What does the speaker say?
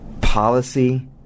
Policy